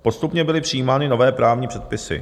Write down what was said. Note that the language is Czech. Postupně byly přijímány nové právní předpisy.